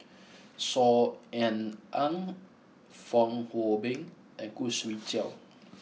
Saw Ean Ang Fong Hoe Beng and Khoo Swee Chiow